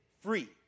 free